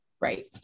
Right